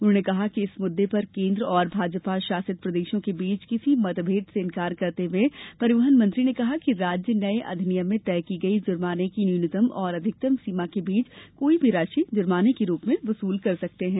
उन्होंने कहा कि इस मुद्दे पर केन्द्र और भाजपा शासित प्रदेशों के बीच किसी मतभेद से इनकार करते हुए परिवहन मंत्री ने कहा कि राज्य नए अधिनियम में तय की गई जुर्माने की न्यूनतम और अधिकतम सीमा के बीच कोई भी राशि जुर्माने के रूप में वसूल सकते हैं